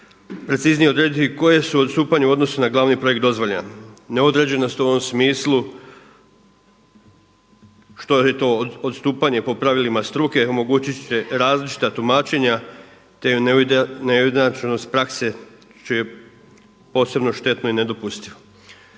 preciznije odrediti koje su odstupanja s obzirom na glavni projekt dozvoljena. Neodređenost u ovom smislu što je to odstupanje po pravilima struka omogućit će različita tumačenja, te neujednačenost prakse će posebno štetno i nedopustivo.